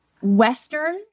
Western